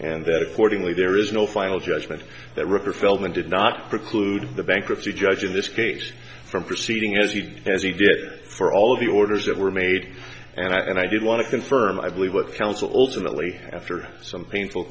and that accordingly there is no final judgment that river feldman did not preclude the bankruptcy judge in this case from proceeding as he did as he did for all of the orders that were made and i did want to confirm i believe what counsel ultimately after some painful